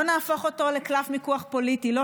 לא נהפוך אותו לקלף מיקוח פוליטי ולא